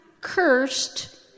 cursed